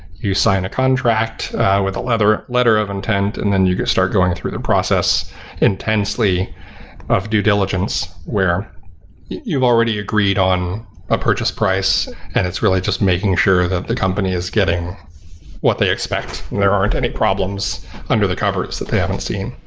you sign a contract with a letter of intent and then you could start going through the process intensely of due diligence where you've already agreed on a purchase price and it's really just making sure that the company is getting what they expect and there aren't any problems under the covers that they haven't seen.